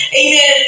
amen